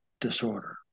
Disorder